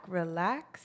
relax